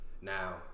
now